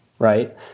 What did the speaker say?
Right